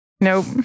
Nope